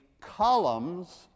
columns